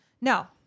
No